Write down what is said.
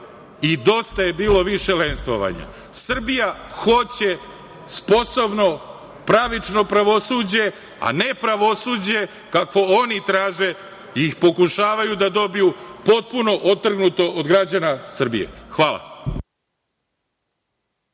I dosta je bilo više lenstvovanja. Srbija hoće sposobno, pravično pravosuđe, a ne pravosuđe kakvo oni traže i pokušavaju da dobiju, potpuno otrgnuto od građana Srbije. Hvala.